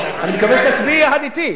אני מקווה שתצביעי יחד אתי.